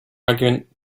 argument